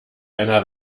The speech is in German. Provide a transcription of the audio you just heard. einer